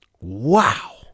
wow